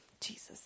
Jesus